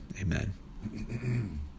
amen